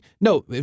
no